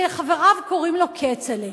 שחבריו קוראים לו כצל'ה.